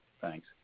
thanks